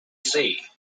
say